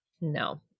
No